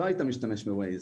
לא היית משתמש ב-ווייז.